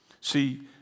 See